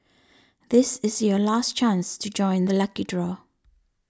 this is your last chance to join the lucky draw